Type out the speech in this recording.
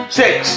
six